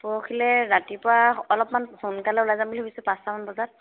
পৰহিলৈ ৰাতিপুৱা অলপমান সোনকালে ওলাই যাম বুলি ভাবিছোঁ পাঁচটামান বজাত